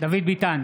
דוד ביטן,